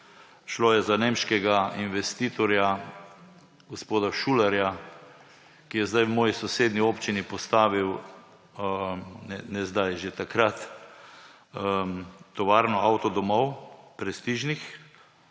Šlo je za nemškega investitorja, gospoda Schulerja, ki je zdaj v moji sosednji občini postavil − ne zdaj, že takrat – tovarno avtodomov, prestižnih,